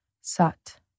Sat